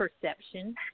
perception